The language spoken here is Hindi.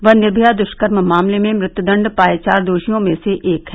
वह निर्मया द्ष्कर्म मामले में मृत्युदंड पाये चार दोषियों में से एक है